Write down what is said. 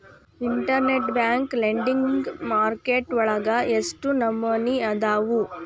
Internet bank lending market ವಳಗ ಎಷ್ಟ್ ನಮನಿಅದಾವು?